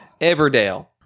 Everdale